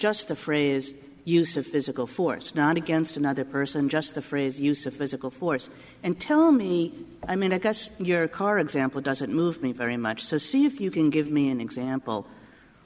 just the phrase is use of physical force not against another person just the phrase use of physical force and tell me i mean i guess your car example doesn't move me very much so see if you can give me an example